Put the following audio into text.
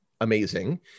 amazing